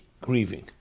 grieving